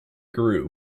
grew